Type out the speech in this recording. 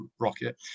rocket